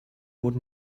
what